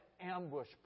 ambush